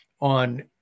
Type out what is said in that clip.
on